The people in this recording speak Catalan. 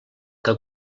que